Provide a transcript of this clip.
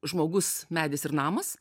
žmogus medis ir namas